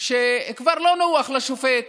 שכבר לא נוח לשופט